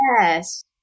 Yes